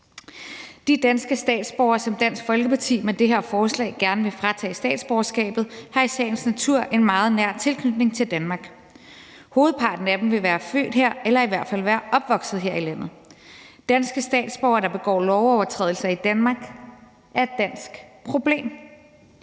De danske statsborgere, som Dansk Folkeparti med det her forslag gerne vil fratage statsborgerskabet, har i sagens natur en meget nær tilknytning til Danmark. Hovedparten af dem vil være født her eller i hvert fald være opvokset her i landet. Danske statsborgere, der begår lovovertrædelser i Danmark, er et dansk problem.